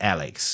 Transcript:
Alex